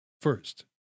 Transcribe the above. first